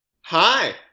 Hi